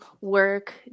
work